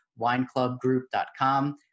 wineclubgroup.com